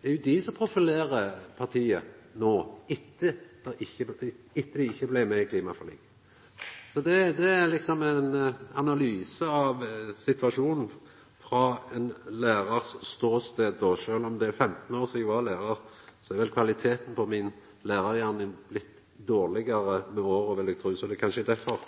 Det er jo dei som profilerer partiet no, etter at dei ikkje blei med i klimaforliket. Så dette er liksom ein analyse av situasjonen frå ein lærar sin ståstad, sjølv om det er 15 år sidan eg var lærar. Kvaliteten på mi lærargjerning er vel blitt dårlegare med åra, vil eg tru, så det er kanskje derfor